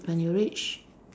when you reach